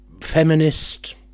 feminist